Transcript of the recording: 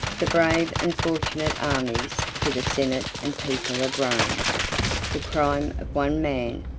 the brave and fortunate armies to the senate and people of rome the crime of one man,